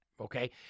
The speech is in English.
okay